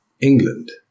England